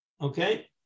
Okay